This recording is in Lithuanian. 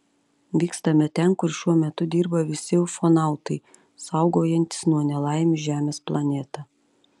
vykstame ten kur šiuo metu dirba visi ufonautai saugojantys nuo nelaimių žemės planetą